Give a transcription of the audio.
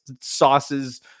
sauces